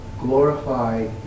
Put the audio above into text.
glorify